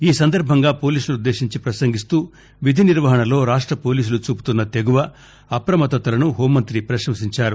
ఈ సందర్భంగా పోలీసులను ఉద్దేశించి పసంగిస్తూ విధి నిర్వహణలో రాష్ట పోలీసులు చూపుతున్న తెగువ అవమత్తతలను హెూంమంత్రి ప్రశంసించారు